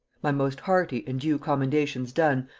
my most hearty and due commendations done,